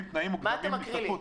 תנאים מוקדמים --- מה אתה מקריא לי?